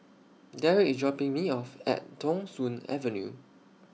Darrick IS dropping Me off At Thong Soon Avenue